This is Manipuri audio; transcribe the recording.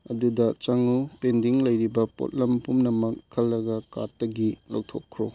ꯑꯗꯨꯗ ꯆꯪꯉꯨ ꯄꯦꯟꯗꯤꯡ ꯂꯩꯔꯤꯕ ꯄꯣꯠꯂꯝ ꯄꯨꯝꯅꯃꯛ ꯈꯜꯂꯒ ꯀꯥꯔꯠꯇꯒꯤ ꯂꯧꯊꯣꯛꯈ꯭ꯔꯣ